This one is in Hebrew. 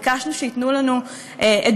ביקשנו שייתנו לנו עדויות,